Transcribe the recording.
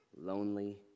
lonely